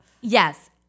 Yes